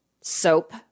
soap